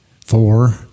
four